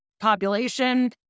Population